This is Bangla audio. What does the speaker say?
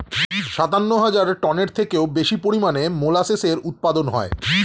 সাতান্ন হাজার টনের থেকেও বেশি পরিমাণে মোলাসেসের উৎপাদন হয়